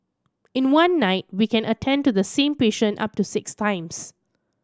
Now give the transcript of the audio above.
in one night we can attend to the same patient up to six times